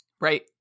Right